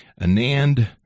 Anand